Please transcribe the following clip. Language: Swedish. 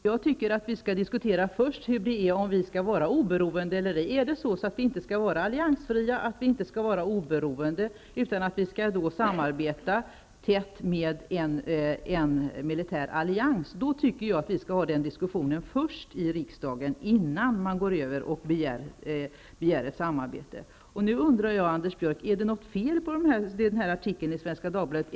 Herr talman! Jag tycker att vi först skall diskutera huruvida vi skall vara oberoende eller inte. Om vi inte skall vara alliansfria och oberoende, utan skall samarbeta tätt med en militär allians, tycker jag att vi innan man begär ett sådant samarbete skall föra en diskussion om detta i riksdagen. Nu undrar jag, Anders Björck: Är det några sakfel i artikeln i Svenska Dagbladet?